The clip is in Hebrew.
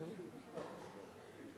הצעת חוק שיקים ללא כיסוי (תיקון מס'